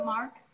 Mark